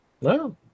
no